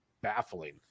baffling